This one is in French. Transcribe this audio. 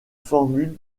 formule